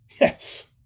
Yes